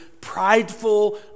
prideful